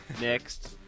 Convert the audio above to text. Next